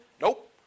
Nope